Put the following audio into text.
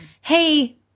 Hey